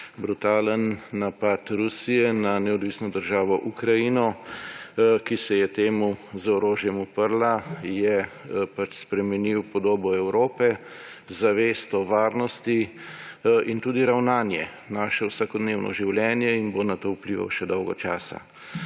brutalen napad Rusije na neodvisno državo Ukrajino, ki se je temu z orožjem uprla, je pač spremenil podobo Evrope, zavest o varnosti in tudi ravnanje, naše vsakodnevno življenje in bo na to vplival še dolgo časa.